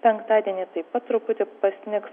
penktadienį taip pat truputį pasnigs